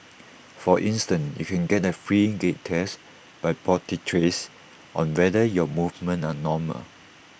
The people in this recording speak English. for instance you can get A free gait test by podiatrists on whether your movements are normal